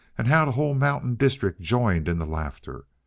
and how the whole mountain district joined in the laughter.